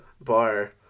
bar